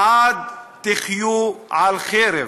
לעד תחיו על חרב.